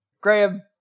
Graham